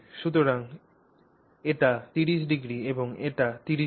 সুতরাং এটি 30o এবং এটি 30o